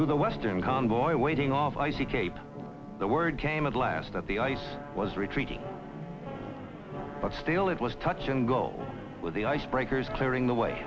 to the western convoy waiting off icy cape the word came at last that the ice was retreating but still it was touch and go with the ice breakers clearing